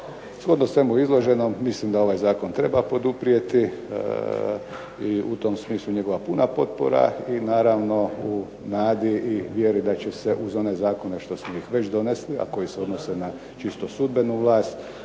Shodno svemu izloženom mislim da ovaj zakon treba poduprijeti i u tom smislu njegova puna potpora i naravno, u nadi i vjeri da će se uz one zakone što smo ih već donesli, a koji se odnose na čisto sudbenu vlast,